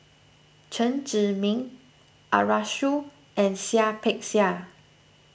Chen Zhiming Arasu and Seah Peck Seah